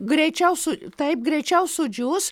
greičiau su taip greičiau sudžius